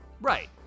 Right